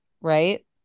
right